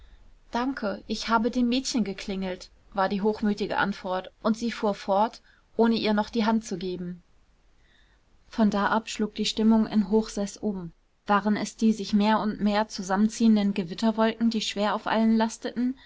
danke ich habe dem mädchen geklingelt war die hochmütige antwort und sie fuhr fort ohne ihr noch die hand zu geben von da ab schlug die stimmung in hochseß um waren es die sich mehr und mehr zusammenziehenden gewitterwolken die schwer auf allen lasteten